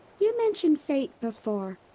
you mentioned fate before.